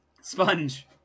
Sponge